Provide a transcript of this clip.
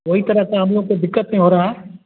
कोई तरह से हम लोग को दिक़्क़त नहीं हो रही है